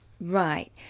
right